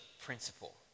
principle